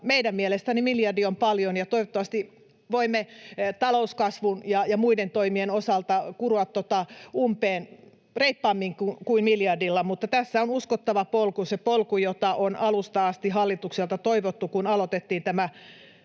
meidän mielestämme miljardi on paljon, ja toivottavasti voimme talouskasvun ja muiden toimien osalta kuroa umpeen reippaammin kuin miljardilla, mutta tässä on uskottava polku — se polku, jota on alusta asti hallitukselta toivottu, kun aloitettiin tämä